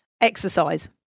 exercise